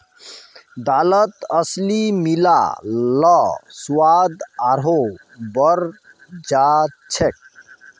दालत अलसी मिला ल स्वाद आरोह बढ़ जा छेक